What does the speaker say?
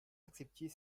acceptiez